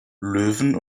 löwen